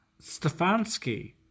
Stefanski